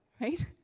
right